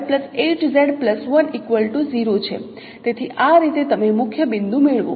તેથી આ રીતે તમે મુખ્ય બિંદુ મેળવો